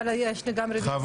אבל יש לי גם רביזיה.